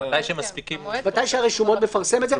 מתי שהרשומות מפרסם את זה.